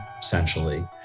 essentially